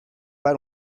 pas